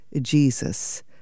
Jesus